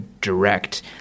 direct